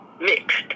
mixed